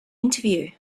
interview